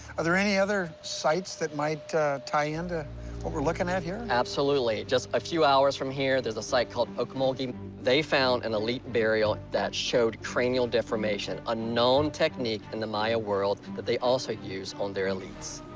are there any other sites that might tie into and ah what we're looking at here? absolutely. just a few hours from here, there's a site called ocmulgee. they found an elite burial that showed cranial deformation, a known technique in the maya world that they also used on their elites.